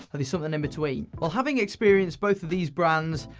are they something in between? well, having experienced both of these brands,